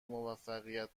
موفقیت